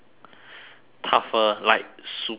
tougher like super tough